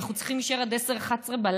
אנחנו צריכים להישאר עד 23:00-22:00?